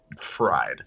fried